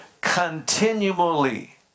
Continually